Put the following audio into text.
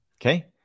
Okay